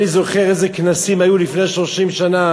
אני זוכר איזה כנסים היו לפני 30 שנה